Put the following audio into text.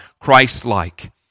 Christ-like